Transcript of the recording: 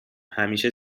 همیشه